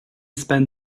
spend